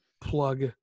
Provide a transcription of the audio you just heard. plug